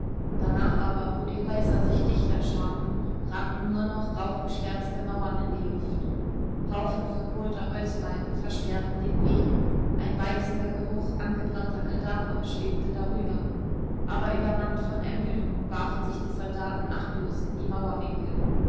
danach aber wo die häuser sich dichter scharten ragten nur noch rauchgeschwärzte mauern in die luft haufen verkohlter holzbalken versperrten den weg ein beizender geruch angebrannter kadaver schwebte darüber aber übermannt von ermüdung warfen sich die soldaten achtlos in die